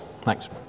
thanks